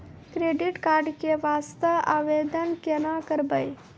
Credit card के वास्ते आवेदन केना करबै?